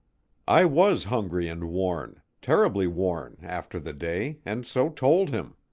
i was hungry and worn terribly worn after the day, and so told him.